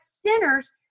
sinners